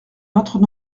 n’entre